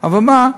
אבל מה?